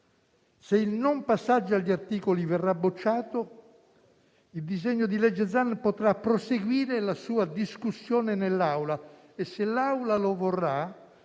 Se il non passaggio agli articoli verrà bocciato, il disegno di legge Zan potrà proseguire la sua discussione in Assemblea e, se essa lo vorrà,